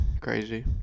Crazy